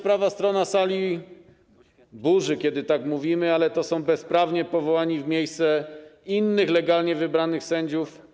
Prawa strona sali bardzo się burzy, kiedy tak mówimy, ale to są osoby bezprawnie powołane w miejsce innych, legalnie wybranych sędziów.